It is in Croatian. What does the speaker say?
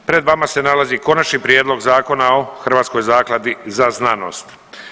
Pred vama se nalazi Konačni prijedlog Zakona o Hrvatskoj zakladi za znanost.